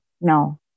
No